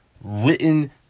written